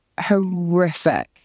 Horrific